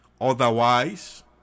Otherwise